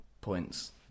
points